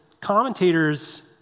commentators